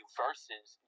versus